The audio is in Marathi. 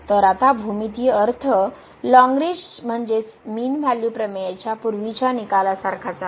तर आता भूमितीय अर्थ लाग्रॅंज म्हणजेच मीन व्हॅल्यू प्रमेयाच्या पूर्वीच्या निकालासारखाच आहे